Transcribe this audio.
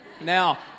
Now